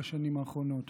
בשנים האחרונות.